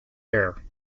air